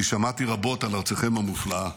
כי שמעתי רבות על ארצכם המופלאה.